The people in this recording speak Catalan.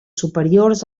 superiors